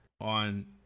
on